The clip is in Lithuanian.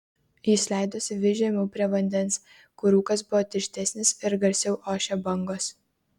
jis leidosi vis žemiau prie vandens kur rūkas buvo tirštesnis ir garsiau ošė bangos